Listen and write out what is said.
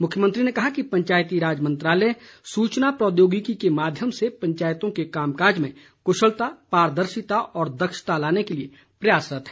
मुख्यमंत्री ने कहा कि पंचायती राज मंत्रालय सूचना प्रौद्योगिकी के माध्यम से पंचायतों के कामकाज में कुशलता पारदर्शिता व दक्षता लाने के लिए प्रयासरत है